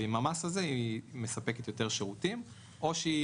ועם המס הזה היא מספקת יותר שירותים או שהיא